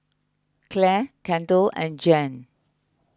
Clare Kendall and Jan